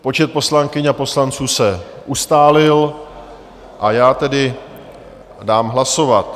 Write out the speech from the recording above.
Počet poslankyň a poslanců se ustálil, a já tedy dám hlasovat.